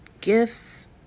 gifts